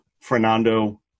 Fernando